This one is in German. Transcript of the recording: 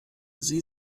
sie